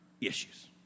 issues